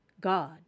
God